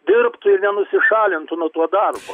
dirbtų ir nenusišalintų nuo to darbo